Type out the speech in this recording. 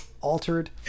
altered